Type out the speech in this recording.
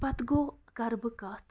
پتہٕ گوٚو کَرٕ بہٕ کَتھ